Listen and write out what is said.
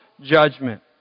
judgment